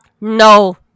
No